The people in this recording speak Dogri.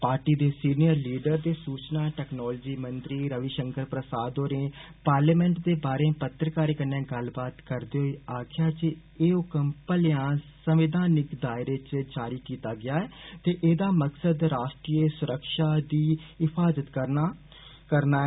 पॉर्टी दे सीनियर लीडर ते सूचना टैक्नॉलोजी मंत्री रविषंकर प्रसाद होरें पॉर्लियामैन्ट दे बाहर पत्रकारें कन्नै गल्लबात करदे होई आक्खेआ जे एह हुक्म भलेआं संवैधानिक दायरे च जारी कीता गेआ ऐ ते एहदा मकसद रॉश्ट्री सुरक्षा दी हिफाजत करना ऐ